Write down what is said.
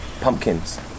Pumpkins